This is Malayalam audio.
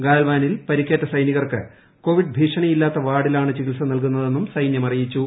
ഗാൽവാനിൽ പരിക്കേറ്റ സൈനികർക്ക് കോവിഡ് ഭീഷണിയി ല്ലാത്ത വാർഡിലാണ് ചികിത്സ നൽകുന്നതെന്നും സൈനൃം അറിയിച്ചു